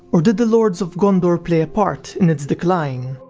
or did the lords of gondor play a part in its decline?